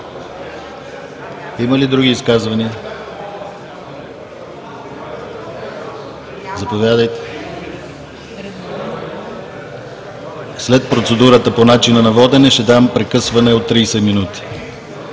Има ли други изказвания? Заповядайте. След процедурата по начина на водене ще дам прекъсване от 30 минути.